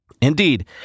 Indeed